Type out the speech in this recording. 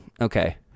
Okay